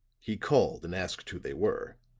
he called and asked who they were,